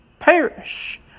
Perish